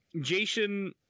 Jason